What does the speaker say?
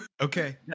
Okay